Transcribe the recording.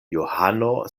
johano